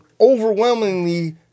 overwhelmingly